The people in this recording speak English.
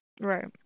Right